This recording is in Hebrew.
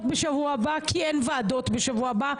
בשבוע הבא כי אין ועדות בשבוע הבא,